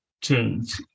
change